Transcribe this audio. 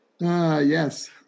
Yes